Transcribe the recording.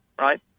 right